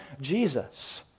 jesus